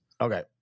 Okay